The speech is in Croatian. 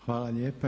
Hvala lijepa.